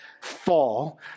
fall